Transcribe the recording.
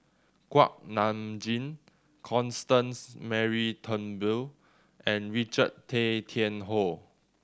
Kuak Nam Jin Constance Mary Turnbull and Richard Tay Tian Hoe